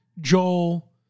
Joel